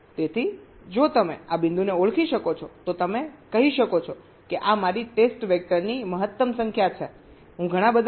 તેથી જો તમે આ બિંદુને ઓળખી શકો છો તો તમે કહી શકો છો કે આ મારી ટેસ્ટ વેક્ટરની મહત્તમ સંખ્યા છે હું ઘણા બધાને લાગુ કરીશ